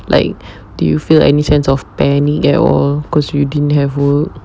like did you feel any sense of panic at all because you didn't have work